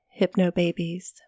hypnobabies